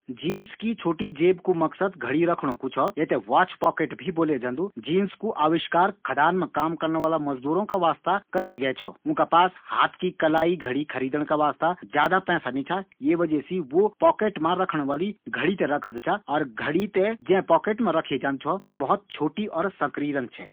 जीन्स की छोटी पॉकेट बणोण कू मकसद घड़ी रखणा कू छौ जी थें वॉच पॉकेट भी बोले जांदू। जीन्स कू अविष्कार खदान मा काम करना वालों का वास्ता करै गै छौ। ऊंका पास हाथ की घड़ी खरीदणा का वास्ता प्रयाप्त पैसा नी छा। जीका वजह सी वू पॉकेट मा रखणा वाली घड़ी रखदा छा। घड़ी थें जीं पॉकेट मा रखे जांदू छौ वा बहुत छोटी और संकरी रन्दी छै।